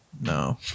No